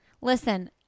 listen